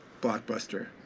Blockbuster